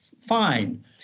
fine